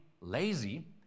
lazy